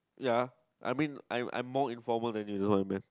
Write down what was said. ya I mean I'm I'm more informal than usual what I meant